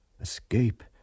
escape